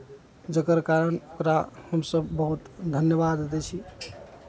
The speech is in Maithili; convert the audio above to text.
जकर कारण ओकरा हमसभ बहुत धन्यवाद दै छी